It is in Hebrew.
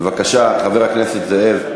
בבקשה, חבר הכנסת זאב.